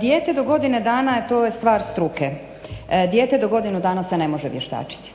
Dijete do godine dana to je stvar struke. Dijete do godinu dana se ne može vještačiti